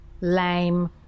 lame